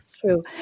true